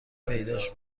پیداش